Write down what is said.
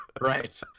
Right